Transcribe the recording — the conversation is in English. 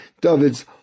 David's